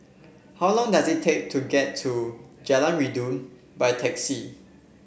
how long does it take to get to Jalan Rindu by taxi